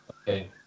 okay